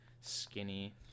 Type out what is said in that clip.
skinny